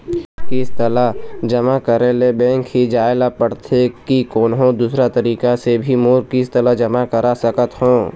किस्त ला जमा करे ले बैंक ही जाए ला पड़ते कि कोन्हो दूसरा तरीका से भी मोर किस्त ला जमा करा सकत हो?